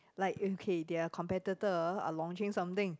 like okay their competitor are launching something